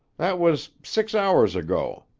that was six hours ago.